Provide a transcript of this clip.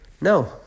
No